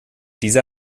dieser